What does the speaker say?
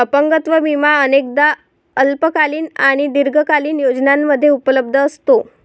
अपंगत्व विमा अनेकदा अल्पकालीन आणि दीर्घकालीन योजनांमध्ये उपलब्ध असतो